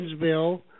Bill